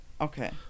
Okay